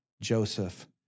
Joseph